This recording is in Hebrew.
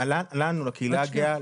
אנחנו בקהילה הגאה,